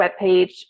webpage